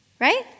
right